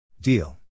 Deal